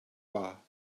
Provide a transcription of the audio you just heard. pas